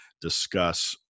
discuss